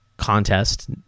contest